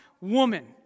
woman